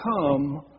come